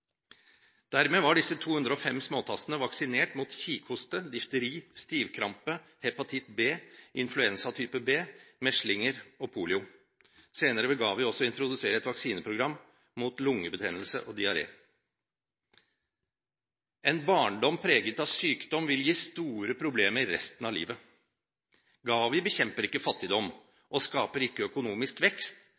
Dermed var disse 205 småtassene vaksinert mot kikhoste, difteri, stivkrampe, hepatitt B, influensa type B, meslinger og polio. Senere vil GAVI også introdusere et vaksineprogram mot lungebetennelse og diaré. En barndom preget av sykdom vil gi store problemer resten av livet. GAVI bekjemper ikke fattigdom og skaper ikke økonomisk vekst,